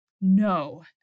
no